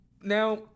Now